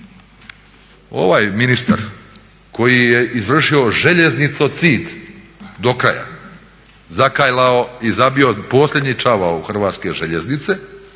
Ovaj ministar koji je izvršio željeznicocid do kraja, zakajlao i zabio posljednji čavao u Hrvatske željeznice